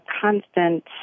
constant